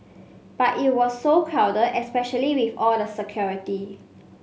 but it was so crowded especially with all the security